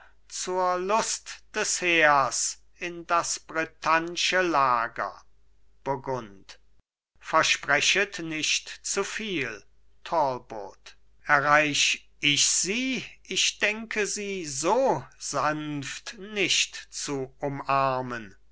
zur lust des heers in das britannsche lager burgund versprechet nicht zu viel talbot erreich ich sie ich denke sie so sanft nicht zu umarmen